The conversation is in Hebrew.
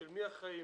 של מי אחראי.